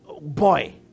boy